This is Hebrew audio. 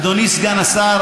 אדוני סגן השר,